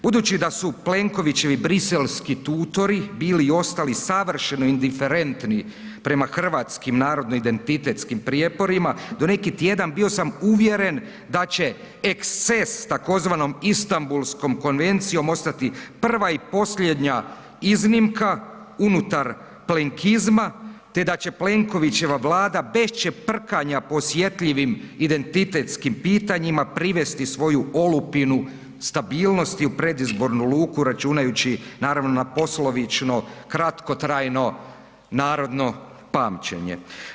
Budući da su Plenkovićevi briselski tutori bili i ostali savršeno indiferentni prema hrvatskim narodno identitetskim prijeporima, do neki tjedan bio sam uvjeren da će eksces tzv. Istanbulskom konvencijom, ostati prva i posljednja iznimka unutar plenkizma te da će Plenkovićeva Vlada bez čeprkanja po osjetljivim identitetskim pitanja privesti svoju lupinu stabilnosti u predizbornu luku računajući naravno na poslovično kratkotrajno narodno pamćenje.